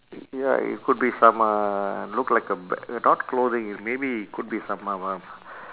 y~ ya it could be some uh look like a ba~ uh not clothing maybe could be some um um